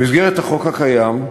במסגרת החוק הקיים,